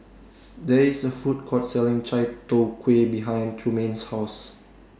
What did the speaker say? There IS A Food Court Selling Chai Tow Kway behind Trumaine's House